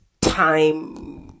time